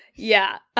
yeah.